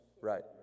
Right